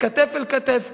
וכתף אל כתף,